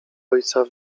ojca